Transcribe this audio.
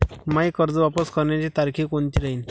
मायी कर्ज वापस करण्याची तारखी कोनती राहीन?